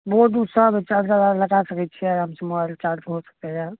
board ओर्ड सब है चार्जर आर लगा सकैत छियै आरामसँ मोबाइल चार्ज हो सकैए